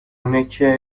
آنکه